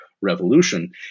revolution